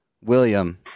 William